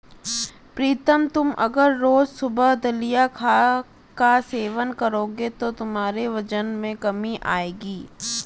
प्रीतम तुम अगर रोज सुबह दलिया का सेवन करोगे तो तुम्हारे वजन में कमी आएगी